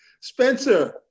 Spencer